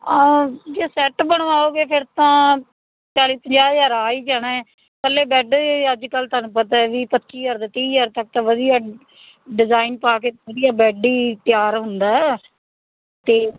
ਜੇ ਸੈੱਟ ਬਣਵਾਓਗੇ ਫਿਰ ਤਾਂ ਚਾਲ੍ਹੀ ਪੰਜਾਹ ਹਜ਼ਾਰ ਆ ਹੀ ਜਾਣਾ ਹੈ ਇਕੱਲੇ ਬੈਡ ਅੱਜ ਕੱਲ੍ਹ ਤੁਹਾਨੂੰ ਪਤਾ ਵੀ ਵੀਹ ਪੱਚੀ ਹਜ਼ਾਰ ਦੇ ਤੀਹ ਹਜ਼ਾਰ ਤੱਕ ਤਾਂ ਵਧੀਆ ਡਿਜ਼ਾਇਨ ਪਾ ਕੇ ਵਧੀਆ ਬੈਡ ਹੀ ਤਿਆਰ ਹੁੰਦਾ ਆ ਅਤੇ